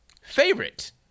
favorite